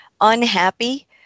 unhappy